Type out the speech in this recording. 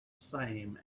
same